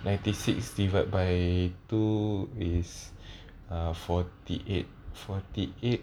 ninety six divide by two is uh forty eight forty eight